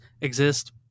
exist